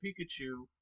Pikachu